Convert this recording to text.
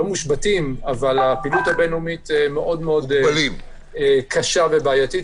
לא מושבתים אבל הפעילות הבין לאומית מאד קשה ובעייתית,